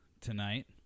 tonight